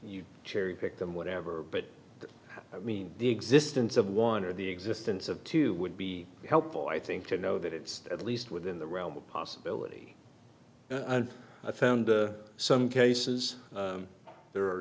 you cherry pick them whatever but i mean the existence of one or the existence of two would be helpful i think to know that it's at least within the realm of possibility and i found some cases